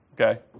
Okay